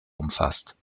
umfasst